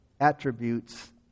attributes